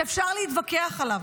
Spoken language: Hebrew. שאפשר להתווכח עליו.